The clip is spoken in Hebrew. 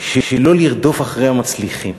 הייתה קריאה אחת, והיא: לא לרדוף אחרי המצליחים.